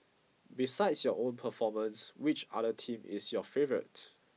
besides your own performance which other team is your favourite